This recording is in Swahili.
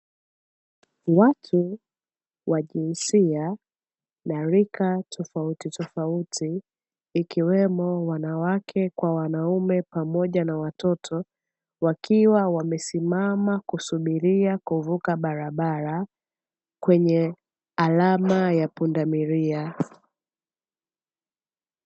Watu wa jinsia na rika tofautitofauti ikiwemo wanawake kwa wanaaume pamoja na watoto, wakiwa wamesimama kusubiria kuvuka barabara kwenye alama ya pundamilia.